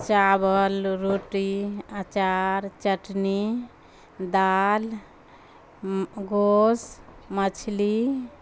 چاول روٹی اچار چٹنی دال گوشت مچھلی